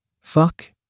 Fuck